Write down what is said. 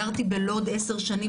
גרתי בלוד עשר שנים,